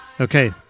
Okay